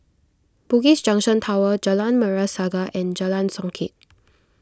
Bugis Junction Towers Jalan Merah Saga and Jalan Songket